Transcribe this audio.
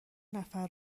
نفر